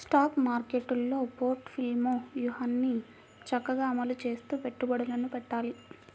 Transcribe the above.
stock మార్కెట్టులో portfolio వ్యూహాన్ని చక్కగా అమలు చేస్తూ పెట్టుబడులను పెట్టాలి